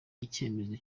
icyemezo